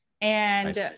and-